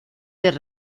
del